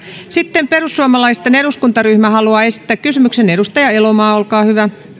sitten perussuomalaisten eduskuntaryhmä haluaa esittää kysymyksen edustaja elomaa olkaa hyvä